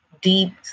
deep